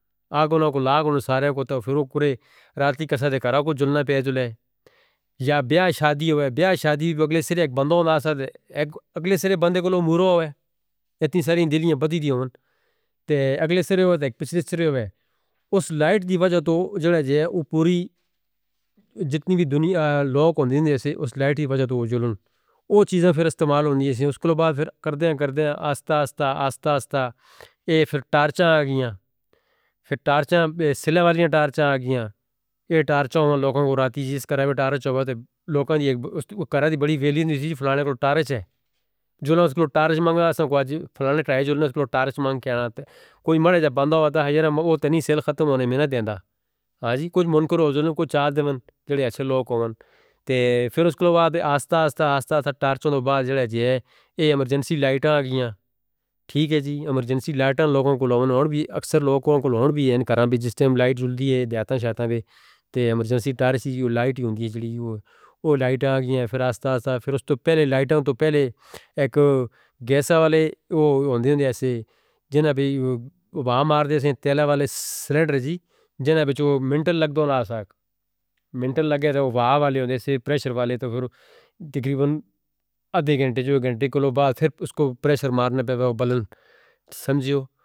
آگوں گا گل آگوں سارے کو تو فیر ہوک کرے رات ہی کسے دے کرہ کو جلنا پیے جلے یا بیاہ شادی ہوئے بیاہ شادی بھی اگلے سرے ایک بندہ ہونا آسک اگلے سرے بندے کو لو مورو ہوئے اتنی ساری دلین بدی دی ہوند تے اگلے سرے ہوئے تے پچھلے سرے ہوئے اس لائٹ دی وجہ تو جڑے جیہاں اتنی پوری جتنی بھی دنیا لوک ہوندی ہیں جیسے اس لائٹ ہی وجہ تو جلن اوہ چیزیں پھر استعمال ہوندی ہیں۔ اس کے بعد پھر کردیاں کردیاں آستا آستا آستا آستا پھر تارچہ آ گی ہیں پھر تارچہ سلہ والی ہیں تارچہ آ گی ہیں یہ تارچہ آوند لوگوں کو راتھی چیز کراوی تارچہ ہوئے لوگوں کی ایک کرہ دی بڑی ویلی ہونی تھی فلانے کو تارچہ ہے جلن اس کو تارچہ مانگا ساں کو آجی فلانے کرائے جلن اس کو تارچہ مانگ کیناں تھے کوئی منڈے جا بندہ ہوندہ ہاں جی وہ تو نی سیل ختم ہونے مینہ دینا ہاں جی کچھ منڈ کرو جلن کو چارج دیون جڑے اچھے لوگ ہوند تے پھر اس کے بعد آستا آستا آستا تارچہ دے بعد جڑے جیہے یہ امرجنسی لائٹ آ گئی ہیں ٹھیک ہے جی امرجنسی لائٹ آن لوگوں کو لوند آن بھی اکثر لوگوں کو لوند بھی ہیں ان کرم بھی جس تے لائٹ جلدی ہے دیاتاں شیطان بھی تے امرجنسی تارچہ دیو لائٹ ہی ہوندی ہے جڑی وہ لائٹ آ گئی ہیں۔ پھر آستا آستا پھر اس تو پہلے لائٹ آن تو پہلے ایک گیسہ والے ہوندے ہوندے ایسے جنہاں بھی وباہ مار دے ہیں تیلہ والے سلٹر جیہے جنہاں بچو منٹل لگ دا نہ آسک منٹل لگے تو وباہ والے ہوندے سے پریشر والے تو پھر تقریباً ادھے گھنٹے جو گھنٹے کو لو بعد پھر اس کو پریشر مارنے پہو بلن سمجھیو.